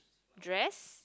dress